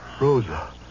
Rosa